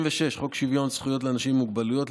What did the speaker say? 76. חוק שוויון זכויות לאנשים עם מוגבלות,